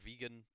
vegan